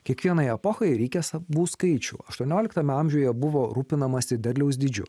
kiekvienai epochai reikia savų skaičių aštuonioliktame amžiuje buvo rūpinamasi derliaus dydžiu